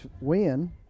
win